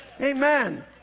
Amen